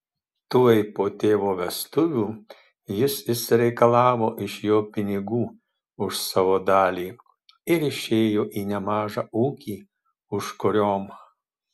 tuoj po tėvo vestuvių jis išsireikalavo iš jo pinigų už savo dalį ir išėjo į nemažą ūkį užkuriom